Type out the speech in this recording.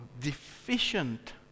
deficient